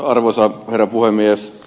arvoisa herra puhemies